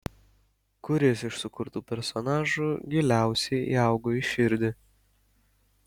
kuris iš sukurtų personažų giliausiai įaugo į širdį